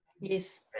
Yes